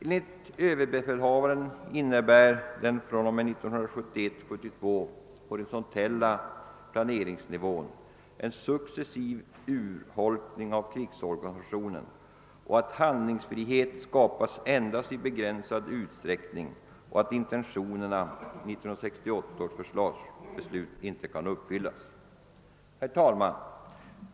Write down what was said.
Enligt överbefälhavaren innebär den fr.o.m. 1971/ 72 horisontella planeringsnivån «att krigsorganisationen successivt urholkas, att handlingsfriheten är begränsad och att intentionerna i 1968 års försvarsbeslut inte kan uppfyllas. Herr talman!